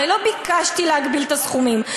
הרי לא ביקשתי להגביל את הסכומים,